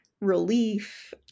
relief